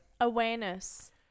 Awareness